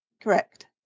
Correct